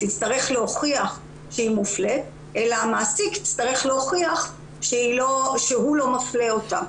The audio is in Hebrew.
תצטרך להוכיח שהיא מופלית אלא המעסיק יצטרך להוכיח שהוא לא מפלה אותה.